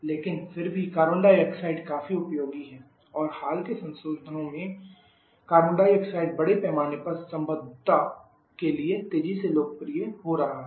लेकिन फिर भी कार्बन डाइऑक्साइड काफी उपयोगी है और हाल के संशोधनों के साथ कार्बन डाइऑक्साइड बड़े पैमाने पर संबद्धता के लिए तेजी से लोकप्रिय हो रहा है